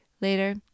Later